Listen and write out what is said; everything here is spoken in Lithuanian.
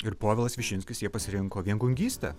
ir povilas višinskis jie pasirinko viengungystę